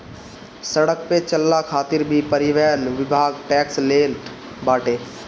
सड़क पअ चलला खातिर भी परिवहन विभाग टेक्स लेट बाटे